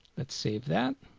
let's save that